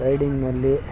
ರೈಡಿಂಗ್ನಲ್ಲಿ